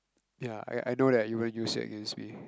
ya I I know that you won't use it against me